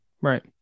Right